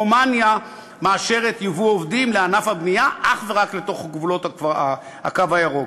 רומניה מאשרת ייבוא עובדים לענף הבנייה אך ורק בתוך גבולות הקו הירוק.